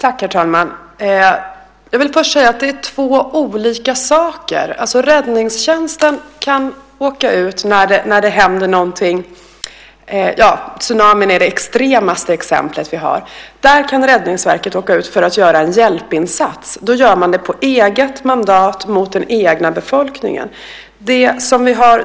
Herr talman! Jag vill först säga att det är två olika saker. Räddningstjänsten kan åka ut när det händer någonting. Tsunamin är det mest extrema exempel vi har. Där kan Räddningsverket åka ut för att göra en hjälpinsats. Då gör man det på eget mandat mot den egna befolkningen.